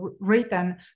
written